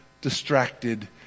distracted